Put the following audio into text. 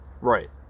Right